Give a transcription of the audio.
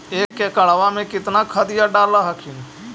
एक एकड़बा मे कितना खदिया डाल हखिन?